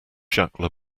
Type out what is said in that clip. jacques